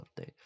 update